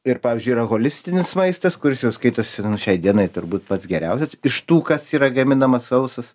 ir pavyzdžiui yra holistinis maistas kuris jau skaitosi šiai dienai turbūt pats geriausias iš tų kas yra gaminama sausas